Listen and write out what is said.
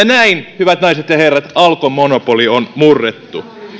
näin hyvät naiset ja herrat alkon monopoli on murrettu